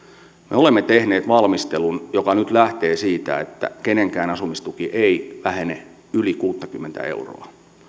me olemme tehneet valmistelun joka nyt lähtee siitä että kenenkään asumistuki ei vähene yli kuuttakymmentä euroa